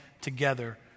together